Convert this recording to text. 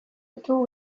ditudan